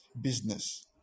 business